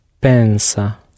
pensa